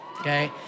okay